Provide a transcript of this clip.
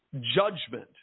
judgment